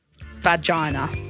Vagina